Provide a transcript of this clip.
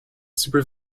super